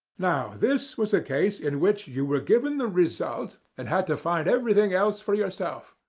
now this was a case in which you were given the result and had to find everything else for yourself.